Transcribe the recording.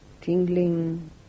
tingling